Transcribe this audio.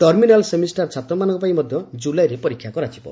terminal semester ଛାତ୍ରମାନଙ୍କ ପାଇଁ ମଧ୍ୟ ଜୁଲାଇରେ ପରୀକ୍ଷା କରାଯିବ